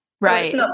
right